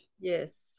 Yes